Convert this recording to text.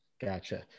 gotcha